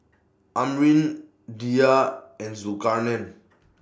Amrin Dhia and Zulkarnain